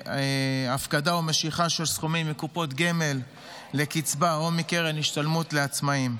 הפקדה או משיכה של סכומים מקופות גמל לקצבה או מקרן השתלמות לעצמאים.